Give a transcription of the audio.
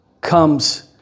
comes